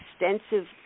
extensive